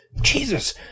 Jesus